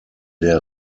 der